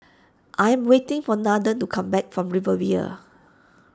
I am waiting for Nathen to come back from Riviera